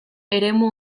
eremu